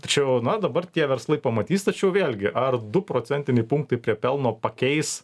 tačiau na dabar tie verslai pamatys tačiau vėlgi ar du procentiniai punktai prie pelno pakeis